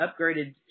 upgraded